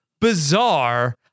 bizarre